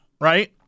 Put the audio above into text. right